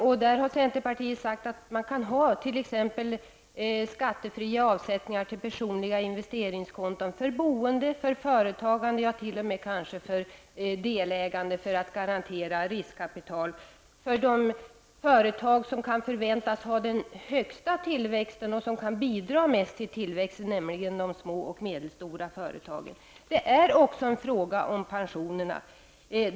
På den punkten har centerpartiet sagt att man kan ha t.ex. skattefria avsättningar till personliga investeringskonton för boende och för företagande, ja, kanske t.o.m. för delägande, för att garantera riskkapital för de företag som kan förväntas ha den högsta tillväxten och som kan bidra mest tillväxten, nämligen de små och medelstora företagen. Det är också en fråga om pensionerna.